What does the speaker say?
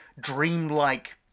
dreamlike